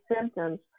symptoms